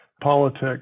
politics